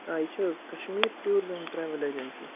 آ یہِ چھِ حظ Kashmir tours and travel agency